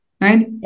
right